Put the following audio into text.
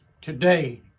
today